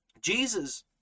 Jesus